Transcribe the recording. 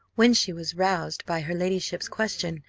when she was roused by her ladyship's question,